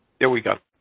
there we go.